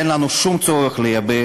אין לנו שום צורך לייבא